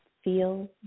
feel